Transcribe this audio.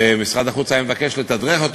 ומשרד החוץ היה מבקש לתדרך אותו,